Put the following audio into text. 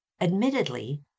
Admittedly